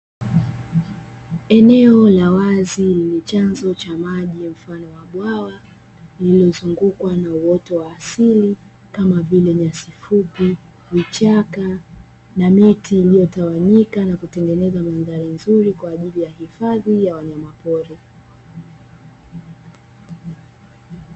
Eneo la wazi lenye chanzo cha maji mfano wa bwawa lililozungukwa na uoto wa asili kama vile nyasi fupi, vichaka na miti; iliyotawanyika na kutengeneza mandhari nzuri kwa ajili ya hifadhi ya wanyamapori.